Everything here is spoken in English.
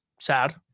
sad